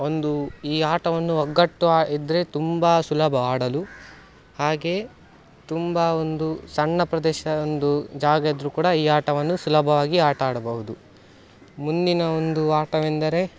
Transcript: ಒಂದು ಈ ಆಟವನ್ನು ಒಗ್ಗಟ್ಟು ಇದ್ದರೆ ತುಂಬ ಸುಲಭ ಆಡಲು ಹಾಗೇ ತುಂಬ ಒಂದು ಸಣ್ಣ ಪ್ರದೇಶ ಒಂದು ಜಾಗ ಇದ್ದರೂ ಕೂಡ ಈ ಆಟವನ್ನು ಸುಲಭವಾಗಿ ಆಟ ಆಡಬಹುದು ಮುಂದಿನ ಒಂದು ಆಟವೆಂದರೆ